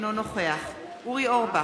אינו נוכח אורי אורבך,